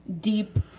deep